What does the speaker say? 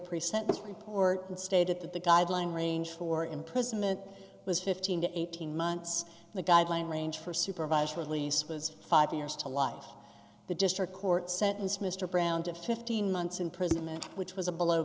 pre sentence report and stated that the guideline range for imprisonment was fifteen to eighteen months the guideline range for supervised release was five years to life the district court sentenced mr brown to fifteen months imprisonment which was a below